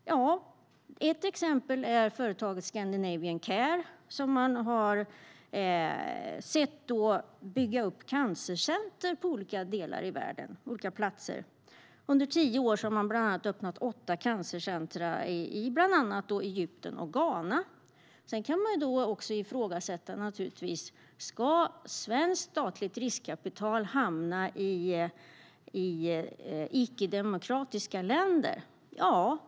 Ett exempel är företaget Scandinavian Care, som har byggt upp cancercenter på olika platser i världen. Under tio år har man bland annat öppnat åtta cancercenter i Egypten och Ghana. Sedan kan man i och för sig ifrågasätta om svenskt statligt riskkapital ska hamna i icke demokratiska länder.